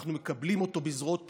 אנחנו מקבלים אותו בזרועות פתוחות.